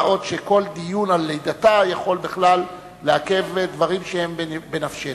מה עוד שכל דיון על לידתה יכול בכלל לעכב דברים שהם בנפשנו.